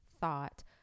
thought